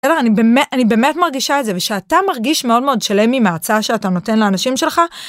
בסדר, אני באמת מרגישה את זה, ושאתה מרגיש מאוד מאוד שלם עם ההצעה שאתה נותן לאנשים שלך.